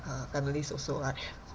uh families also right